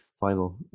final